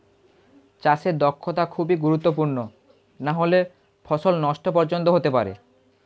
চাষে দক্ষতা খুবই গুরুত্বপূর্ণ নাহলে ফসল নষ্ট পর্যন্ত হতে পারে